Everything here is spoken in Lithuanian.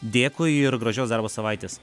dėkui ir gražios darbo savaitės